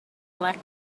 black